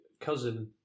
cousin